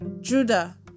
Judah